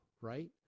right